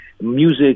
Music